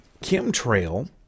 chemtrail